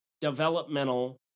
developmental